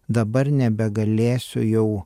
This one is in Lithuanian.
dabar nebegalėsiu jau